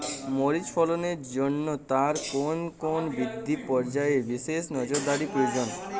মরিচ ফলনের জন্য তার কোন কোন বৃদ্ধি পর্যায়ে বিশেষ নজরদারি প্রয়োজন?